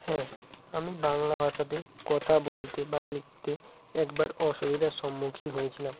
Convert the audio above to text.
হ্যাঁ আমি বাংলা ভাষাতেই কথা বলতে বা লিখতে একবার অসুবিধার সম্মুখীন হয়েছিলাম